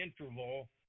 interval